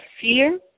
fear